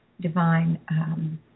divine